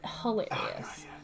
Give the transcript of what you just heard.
hilarious